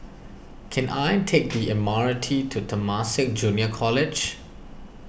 can I take the M R T to Temasek Junior College